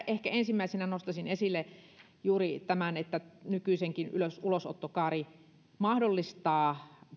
ehkä ensimmäisenä nostaisin esille juuri tämän että nykyisinkin ulosottokaari mahdollistaa